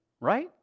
right